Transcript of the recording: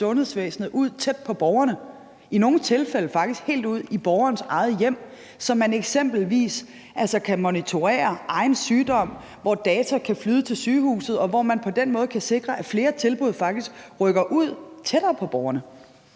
sundhedsvæsenet ud tæt på borgerne, i nogle tilfælde faktisk helt ud i borgerens eget hjem, så man eksempelvis kan monitorere egen sygdom og data kan flyde til sygehuset og vi på den måde kan sikre, at flere tilbud faktisk rykker ud, tættere på borgerne.